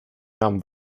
nahm